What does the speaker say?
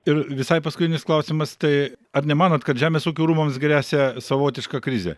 ir visai paskutinis klausimas tai ar nemanot kad žemės ūkio rūmams gresia savotiška krizė